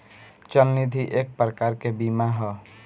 चल निधि एक प्रकार के बीमा ह